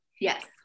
Yes